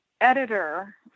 editor